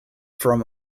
from